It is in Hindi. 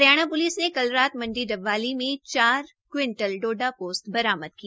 हरियाणा प्लिस ने कल रात मंडी डबवाली में चार क्विंटल डोडा पोस्त बरामद किया